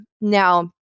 Now